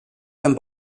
and